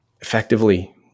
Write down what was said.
effectively